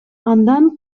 андан